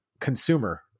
consumer